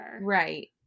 Right